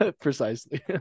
precisely